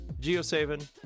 Geosavin